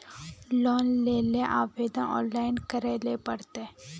Loan लेले आवेदन online करे ले पड़ते?